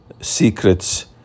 secrets